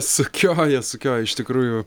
sukioja sukioja iš tikrųjų